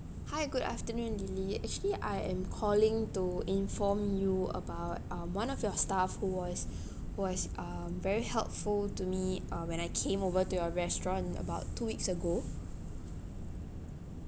hi good afternoon lily actually I am calling to inform you about um one of your staff who was was um very helpful to me uh when I came over to your restaurant about two weeks ago